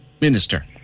minister